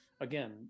again